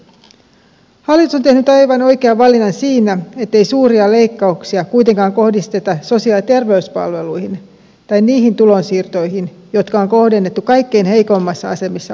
hallitus on tehnyt aivan oikean valinnan siinä ettei suuria leikkauksia kuitenkaan kohdisteta sosiaali ja terveyspalveluihin tai niihin tulonsiirtoihin jotka on kohdennettu kaikkein heikoimmassa asemassa oleville